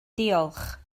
diolch